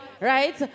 right